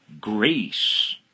grace